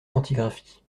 quantigraphies